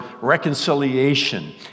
reconciliation